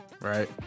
Right